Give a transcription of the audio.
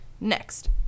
Next